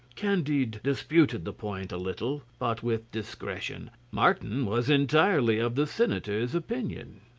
candide disputed the point a little, but with discretion. martin was entirely of the senator's opinion.